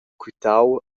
quitau